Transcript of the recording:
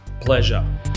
Pleasure